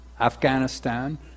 Afghanistan